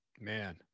Man